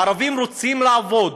הערבים רוצים לעבוד,